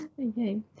Okay